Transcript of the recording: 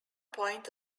point